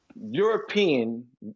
European